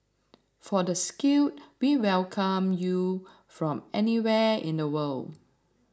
for the skilled we welcome you from anywhere in the world